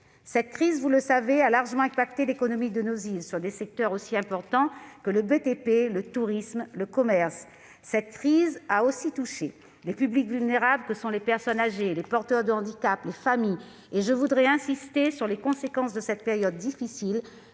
Cette crise a largement affecté l'économie de nos îles, sur des secteurs aussi importants que le BTP, le tourisme ou encore le commerce. Elle a également touché les publics vulnérables que sont les personnes âgées, les porteurs de handicap, les familles. Je veux aussi insister sur les conséquences de cette période difficile